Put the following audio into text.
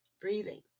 Breathing